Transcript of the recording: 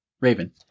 Raven